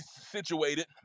situated